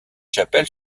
chapelle